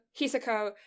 hisako